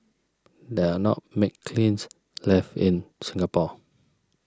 there are not many kilns left in Singapore